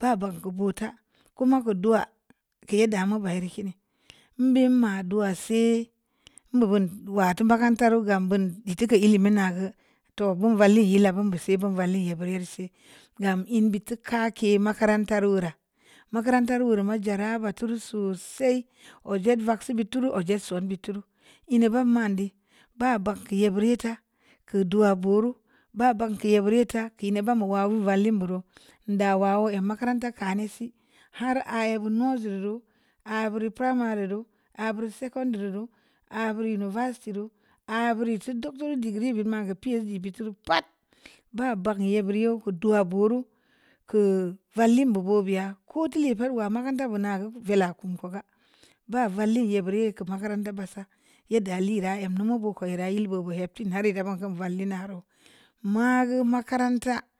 ba bun bu ku'ta koma kuldu'a k'e'a da mu barii kini mbe ma do'ɔ sii mbuba dua to makaranta reu gan bun ti kə ‘e’ limi na gə too van vale’ yela bum bo se’ vom vali ya bare'r se’ gam mbe tuka ke’ makaranta reu ra makarantu muru ma jara bat turu sosai o jet vaksi butur ojelso'n be’ turu e’ ne'a ba man di ba ba'ak e’ beri ta ka’ dua buru ba bankye biri ta kini vam wa'u valim buru nda wa em makaranta kane’ si harii nə bunu nutseryu ba bura primary rureu abur secondary reu aburi university rue a buri tse doctory degree bi magə phd bi turu pa'at ba bank'e’bireu kut dua buru kə valim bobo bia ko te'le’ parwa makaranta buna gə vila kum ko ga ba vali'a bire’ kam makaranta sa ye'ddə lera em numu bu kue’ ra yel bobo e’ pin nare’ ra van ka’ le’ na reu ma gə makaranta.